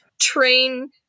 train